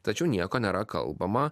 tačiau nieko nėra kalbama